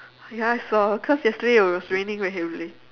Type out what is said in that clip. ya saw cause yesterday it was raining very heavily